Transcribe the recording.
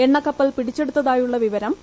എണ്ണ കപ്പൽ പിടിച്ചെടുത്തായുള്ള വിവരം ഐ